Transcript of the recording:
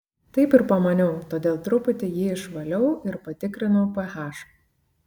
taip ir pamaniau todėl truputį jį išvaliau ir patikrinau ph